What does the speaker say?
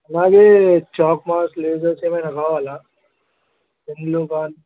మాది chalk box ledgers ఏమైనా కావాలా పెన్లు